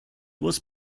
was